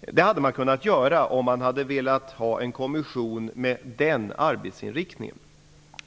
Det hade man kunnat göra, om man hade velat ha en kommission med en annan arbetsinriktning.